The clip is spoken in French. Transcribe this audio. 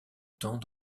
temps